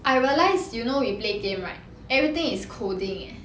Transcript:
I realized you know we play game right everything is coding eh